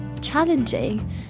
challenging